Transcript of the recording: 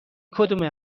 کدومه